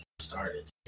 started